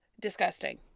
disgusting